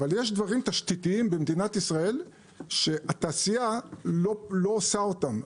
אבל יש דברים תשתיתיים במדינת ישראל שהתעשייה לא עושה אותם,